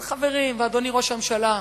אבל, חברים, אדוני ראש הממשלה,